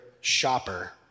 shopper